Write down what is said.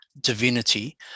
divinity